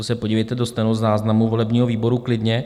To se podívejte do stenozáznamu volebního výboru klidně.